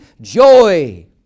joy